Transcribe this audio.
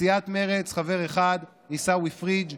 מסיעת מרצ חבר אחד: עיסאווי פריג',